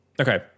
Okay